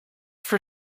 for